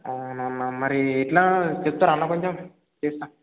అవును అన్న మరి ఇట్లా చెప్తారా అన్న కొంచెం చేస్తాను